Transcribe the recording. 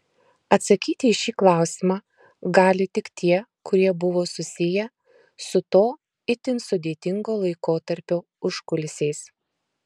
atsakyti į šį klausimą gali tik tie kurie buvo susiję su to itin sudėtingo laikotarpio užkulisiais